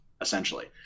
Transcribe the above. essentially